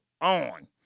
on